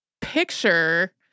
picture